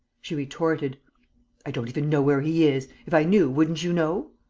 she retorted i don't even know where he is. if i knew, wouldn't you know?